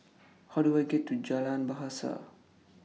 How Do I get to Jalan Bahasa